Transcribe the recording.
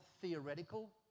theoretical